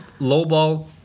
lowball